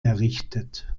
errichtet